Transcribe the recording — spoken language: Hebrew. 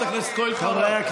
חברת הכנסת כהן-פארן,